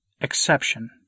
exception